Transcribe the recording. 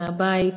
מהבית,